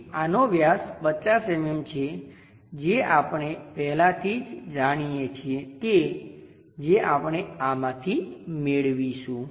તેથી આનો વ્યાસ 50 mm છે જે આપણે પહેલાથી જ જાણીએ છીએ કે જે આપણે આમાંથી મેળવીશું